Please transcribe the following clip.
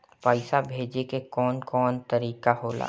पइसा भेजे के कौन कोन तरीका होला?